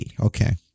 okay